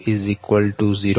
22 0